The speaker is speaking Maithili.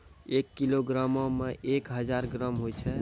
एक किलोग्रामो मे एक हजार ग्राम होय छै